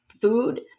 food